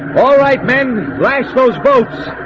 all right men lash those boats